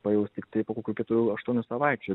pajaus tiktai po kokių keturių aštuonių savaičių